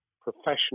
professional